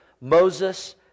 Moses